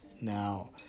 Now